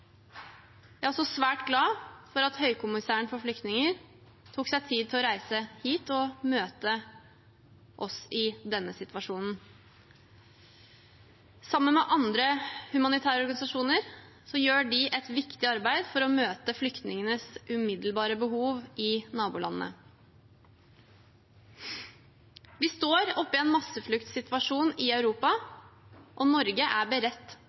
Jeg er svært glad for at Høykommissæren for flyktninger tok seg tid til å reise hit og møte oss i denne situasjonen. Sammen med andre humanitære organisasjoner gjør de et viktig arbeid for å møte flyktningenes umiddelbare behov i nabolandene. Vi står oppe i en massefluktsituasjon i Europa, og Norge er beredt